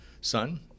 son